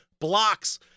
blocks